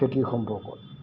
খেতি সম্পৰ্কত